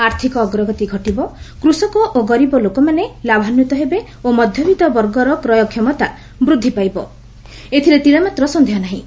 ଆର୍ଥକ ଅଗ୍ରଗତି ଘଟିବ କୃଷକ ଓ ଗରିବଲୋକମାନେ ଲାଭାନ୍ୱିତ ହେବେ ଓ ମଧ୍ୟବିତ୍ତ ବର୍ଗର କ୍ରୟକ୍ଷମତା ବୃଦ୍ଧିପାଇବ ଏଥିରେ ତିଳେମାତ୍ର ସନ୍ଦେହ ନାହିଁ